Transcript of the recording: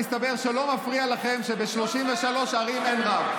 מסתבר שלא מפריע לכם שב-33 ערים אין רב.